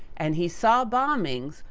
and, he saw bombings,